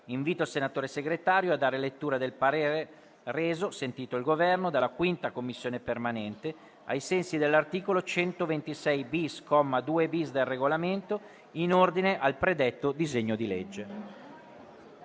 Invito il senatore Segretario a dare lettura del parere reso - sentito il Governo - dalla 5a Commissione permanente, ai sensi dell'articolo 126-*bis*, comma 2-*bis*, del Regolamento, in ordine al predetto disegno di legge.